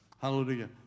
Hallelujah